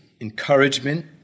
encouragement